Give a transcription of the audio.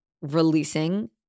releasing